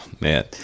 Man